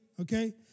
okay